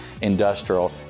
industrial